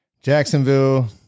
Jacksonville